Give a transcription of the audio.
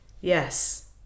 yes